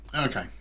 okay